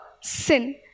sin